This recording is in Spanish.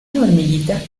hormiguitas